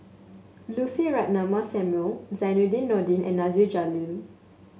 Lucy Ratnammah Samuel Zainudin Nordin and Nasir Jalil